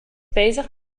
bezig